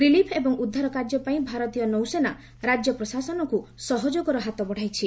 relief ଏବଂ ଉଦ୍ଧାର କାର୍ଯ୍ୟ ପାଇଁ ଭାରତୀୟ ନୌସେନା ରାଜ୍ୟ ପ୍ରଶାସନକୁ ସହଯୋଗର ହାତ ବଢ଼ାଇଛି